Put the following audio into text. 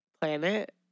planet